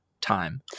time